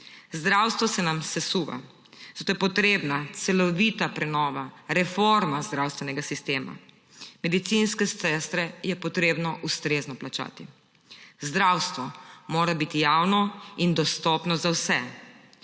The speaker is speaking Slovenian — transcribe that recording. Zdravstvo se nam sesuva. Zato je potrebna celovita prenova, reforma zdravstvenega sistema. Medicinske sestre je potrebno ustrezno plačati. Zdravstvo mora biti javno in dostopno za vse.